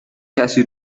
کسی